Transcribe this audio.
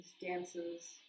dances